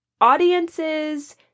Audiences